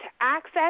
access